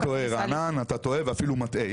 רענן, אתה טועה, ואפילו מטעה.